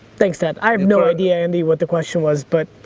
thanks dad, i have no idea andy what the question was. but,